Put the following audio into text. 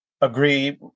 agree